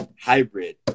hybrid